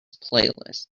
playlist